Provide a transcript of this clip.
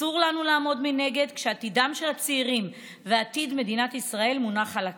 אסור לנו לעמוד מנגד כשעתידם של הצעירים ועתיד מדינת ישראל מונח על הכף.